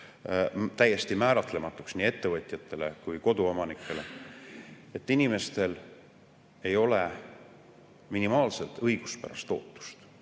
täiesti määratlematuks nii ettevõtjatele kui koduomanikele. Inimestel ei ole minimaalsetki õiguspärast ootust. See